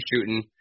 shooting